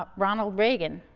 ah ronald reagan